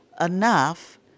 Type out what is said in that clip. enough